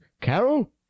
Carol